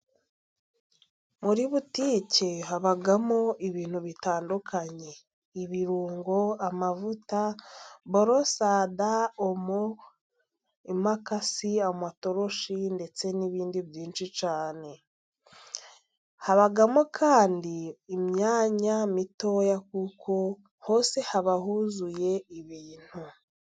Muri butike habamo ibintu bitandukanye: ibirungo, amavuta, borosada, omo, imakasi, amatoroshi ndetse n'ibindi byinshi cyane, habamo kandi imyanya mitoya kuko hose haba huzuye ibintu.